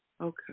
Okay